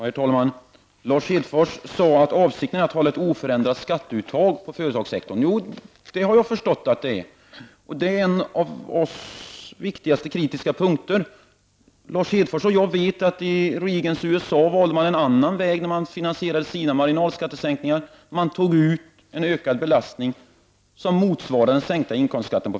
Herr talman! Lars Hedfors sade att avsikten är att vi skall ha ett oförändrat skatteuttag på företagssektorn. Det har jag förstått, och där har vi en av våra mest kritiska punkter. Lars Hedfors och jag vet att man i Reagans USA valde en annan väg för att finansiera sina marginalskattesänkningar; man tog ut en ökad skatt på företagen som motsvarade sänkningen av inkomstskatten.